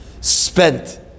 spent